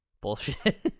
bullshit